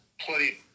Plenty